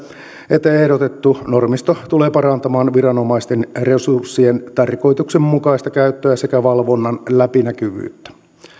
että ehdotettu normisto tulee parantamaan viranomaisten resurssien tarkoituksenmukaista käyttöä sekä valvonnan läpinäkyvyyttä